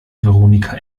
veronika